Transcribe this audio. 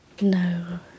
No